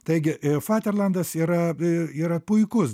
taigi a faterlendas yra i yra puikus